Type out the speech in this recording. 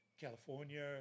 California